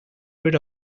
rid